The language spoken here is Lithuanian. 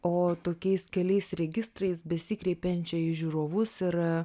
o tokiais keliais registrais besikreipiančia į žiūrovus ir